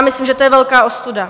Myslím, že to je velká ostuda.